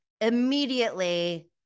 Immediately